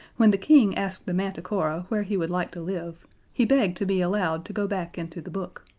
when the king asked the manticora where he would like to live he begged to be allowed to go back into the book.